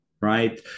right